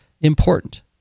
important